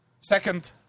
Second